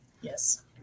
Yes